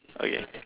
okay